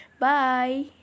Bye